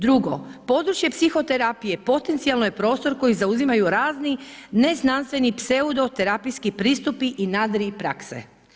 Drugo, područje psihoterapije potencijalno je prostro koji zauzimaju razni neznanstveni pseudo terapijski pristupi i nadriprakse.